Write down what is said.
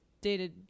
dated